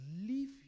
Leave